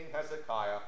Hezekiah